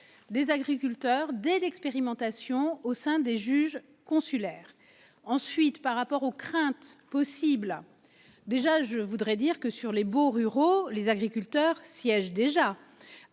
des agriculteurs des d'expérimentations au sein des juges consulaires ensuite par rapport aux craintes possible. Déjà, je voudrais dire que sur les baux ruraux les agriculteurs siège déjà.